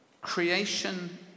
creation